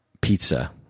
pizza